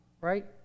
Right